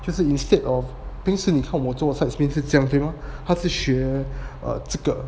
就是 instead of 平时你看我做 side spin 是这样对吗他是学这个